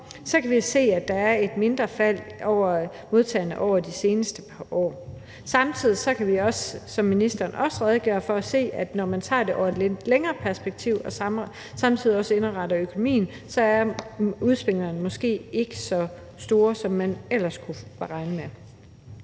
kan vi se, at der er et mindre fald i antallet af modtagerne over de seneste par år. Samtidig kan vi, som ministeren også redegjorde for, se, at når man tager det over et lidt længere perspektiv og samtidig også indregner økonomien, så er udsvingene måske ikke så store, som man ellers kunne regne med.